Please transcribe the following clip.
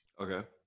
okay